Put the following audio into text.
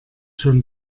schon